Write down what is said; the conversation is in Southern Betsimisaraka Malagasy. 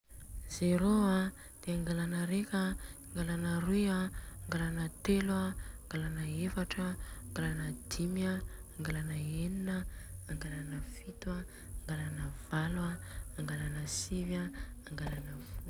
Zerô an, de angalana reka an, de angalana roy an, angalana telo an, angalana efatra an, angalana dimy an, angalana enina an, angalana fito an, angalana valo an, angalana sivy an, angalana folo.